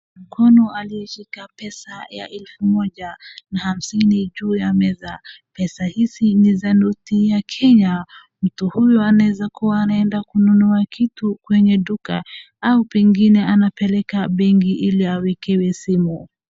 Mkono aliyeshika pesa ya elfu moja na hamsini juu ya meza, pesa hizi ni ya noti ya kenya. Mtu huyu anaweza kuwa anaenda kununua kitu kwenye duka au pengine anapeleka benki ili awekewe simu.